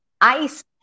ice